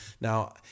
Now